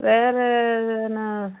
வேறு என்ன